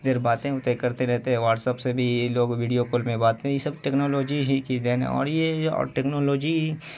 دیر باتیں واتیں کرتے رہتے واٹسیپ سے بھی لوگ ویڈیو کال میں باتیں یہ سب ٹیکنالوجی ہی دین ہے اور یہ ٹیکنالوجی